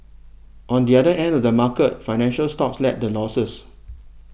on the other end of the market financial stocks led the losses